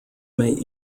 may